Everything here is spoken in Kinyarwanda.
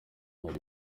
hari